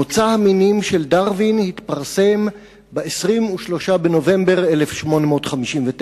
"מוצא המינים" של דרווין התפרסם ב-23 בנובמבר 1859,